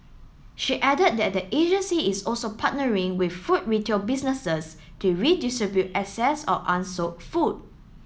she added that the agency is also partnering with food retail businesses to redistribute excess or unsold food